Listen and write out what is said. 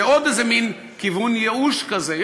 זה עוד איזה מין כיוון ייאוש כזה.